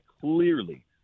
clearly